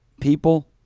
people